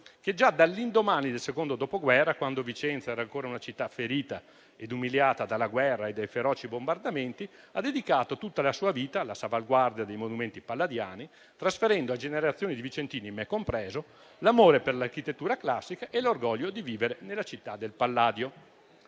che già dall'indomani del secondo dopoguerra, quando Vicenza era ancora una città ferita ed umiliata dalla guerra e dai feroci bombardamenti, ha dedicato tutta la sua vita alla salvaguardia dei monumenti palladiani, trasferendo a generazioni di vicentini, me compreso, l'amore per l'architettura classica e l'orgoglio di vivere nella città del Palladio.